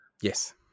Yes